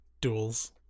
Duels